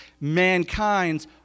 mankind's